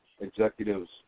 executives